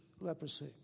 leprosy